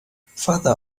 further